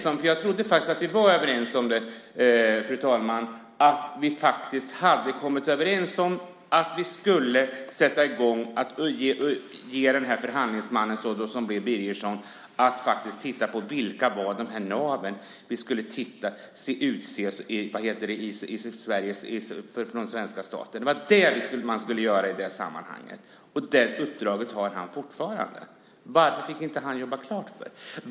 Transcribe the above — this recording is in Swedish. Jag trodde faktiskt, fru talman, att vi hade kommit överens om att vi skulle sätta i gång och be förhandlingsmannen som blir Birgersson att titta på vilka naven var som skulle utses från den svenska staten. Det var det man skulle göra i det sammanhanget. Han har fortfarande detta uppdrag. Varför fick inte han jobba klart?